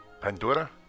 Pandora